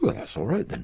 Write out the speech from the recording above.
ah that's alright then.